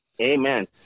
Amen